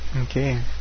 Okay